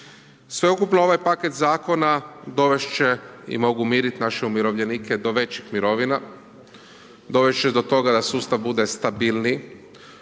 Sveukupno ovaj paket zakona, dovesti će i mogu miriti naše umirovljenike do većih mirovina, dovesti će do toga da sustav bude stabilnije,